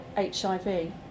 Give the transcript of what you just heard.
HIV